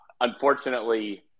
Unfortunately